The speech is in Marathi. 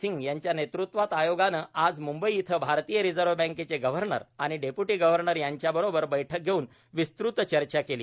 सिंग यांच्या नेतृत्वात आयोगानं आज म्बई इथं भारतीय रिझव्रह बँकेचे गव्रहनर आणि डेप्यूटी गव्रहनर यांच्याबरोबर बैठक घेऊन विस्तृत चर्चा केली